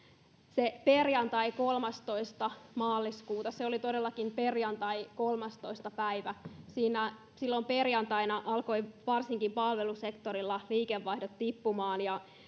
se perjantai kolmastoista maaliskuuta oli todellakin perjantai kolmastoista päivä silloin perjantaina alkoivat varsinkin palvelusektorilla liikevaihdot tippumaan ja